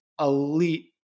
elite